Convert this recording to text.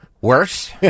Worse